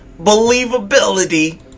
believability